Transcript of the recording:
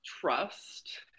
trust